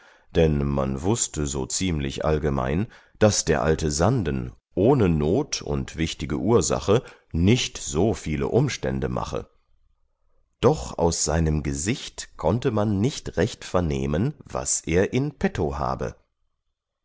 denn man wußte so ziemlich allgemein daß der alte sanden ohne not und wichtige ursache nicht so viele umstände mache doch aus seinem gesicht konnte man nicht recht vernehmen was er in petto habe